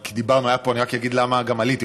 אני רק אגיד למה עליתי,